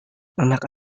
anak